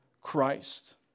Christ